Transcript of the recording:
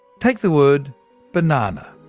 take the word banana.